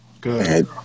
Good